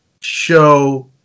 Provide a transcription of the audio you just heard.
show